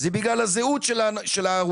זה בגלל הזהות של ההרוגים